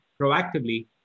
proactively